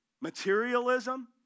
materialism